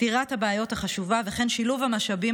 פתירת הבעיות החשובות וכן שילוב המשאבים